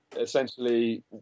essentially